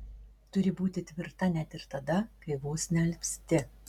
turi būti tvirta net ir tada kai vos nealpsti